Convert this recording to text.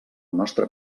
nostre